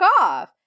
off